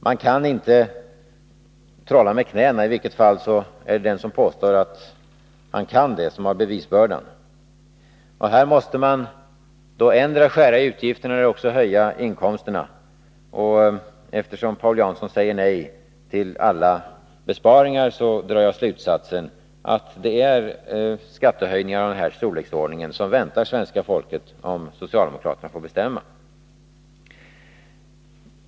Man kaniinte trolla med knäna -—i vilket fall som helst är det den som påstår att man kan detta som har bevisbördan — och i det här läget måste man endera skära i utgifterna eller öka inkomsterna. Eftersom Paul Jansson säger nej till alla besparingar, drar jag slutsatsen att det är skattehöjningar av den storleksordning jag nämnde som väntar svenska folket, om socialdemokraterna får bestämma.